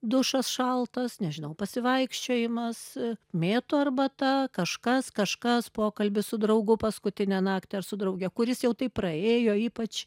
dušas šaltas nežinau pasivaikščiojimas mėtų arbata kažkas kažkas pokalbis su draugu paskutinę naktį ar su drauge kuris jau tai praėjo ypač